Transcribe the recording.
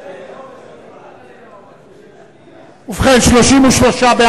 לתעריף שנקבע לפי דין ודרכי תשלום),